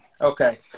okay